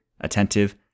attentive